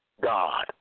God